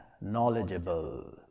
knowledgeable